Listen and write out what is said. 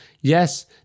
Yes